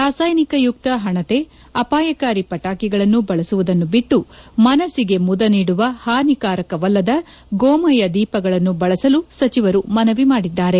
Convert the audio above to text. ರಾಸಾಯನಿಕಯುಕ್ತ ಹಣತೆ ಅಪಾಯಕಾರಿ ಪಟಾಕಿಗಳನ್ನು ಬಳಸುವುದನ್ನು ಬಿಟ್ಟು ಮನಸಿಗೆ ಮುದ ನೀಡುವ ಹಾನಿಕಾರಕವಲ್ಲದ ಗೋಮಯ ದೀಪಗಳನ್ನು ಬಳಸಲು ಸಚಿವರು ಮನವಿ ಮಾಡಿದ್ದಾರೆ